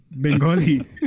Bengali